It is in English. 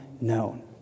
known